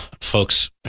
folks